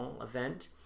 event